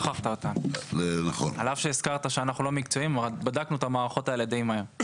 על אף שהזכרת שאנחנו לא מקצועיים בדקנו את המערכות האלה דיי מהר.